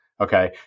Okay